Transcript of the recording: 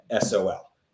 sol